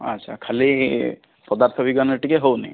ଆଛା ଖାଲି ପଦାର୍ଥ ବିଜ୍ଞାନ ଟିକେ ହେଉନି